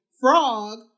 frog